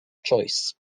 choice